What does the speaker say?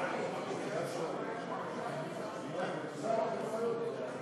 איסור הלבנת הון (תיקון מס' 22),